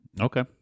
Okay